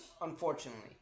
Unfortunately